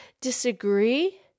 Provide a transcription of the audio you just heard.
disagree